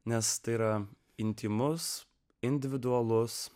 nes tai yra intymus individualus